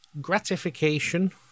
gratification